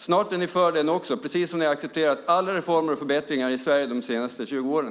Snart är ni för den också, precis som ni har accepterat alla reformer och förbättringar i Sverige de senaste 20 åren.